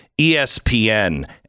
ESPN